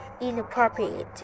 inappropriate